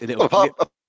Apart